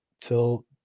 till